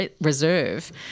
Reserve